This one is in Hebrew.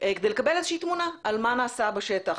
כדי לקבל איזושהי תמונה על מה נעשה בשטח.